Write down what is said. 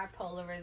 bipolarism